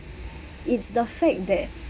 it's the fact that